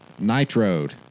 Nitrode